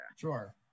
Sure